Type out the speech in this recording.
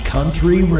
Country